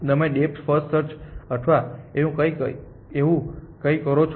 તમે depth first search અથવા એવું કંઈક કરો છો